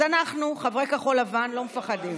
אז אנחנו, חברי כחול לבן, לא מפחדים.